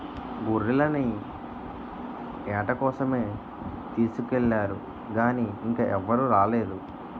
గొర్రెల్ని ఏట కోసమే తీసుకెల్లారు గానీ ఇంకా ఎవరూ రాలేదు